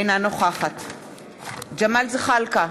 אינה נוכחת ג'מאל זחאלקה,